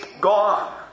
gone